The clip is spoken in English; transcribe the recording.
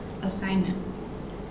assignment